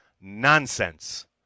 Nonsense